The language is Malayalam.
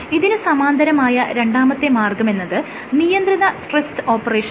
ഇതിന് സമാന്തരമായ രണ്ടാമത്തെ മാർഗ്ഗമെന്നത് നിയന്ത്രിത സ്ട്രെസ്സ്ഡ് ഓപ്പറേഷനാണ്